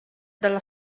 dalla